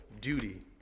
duty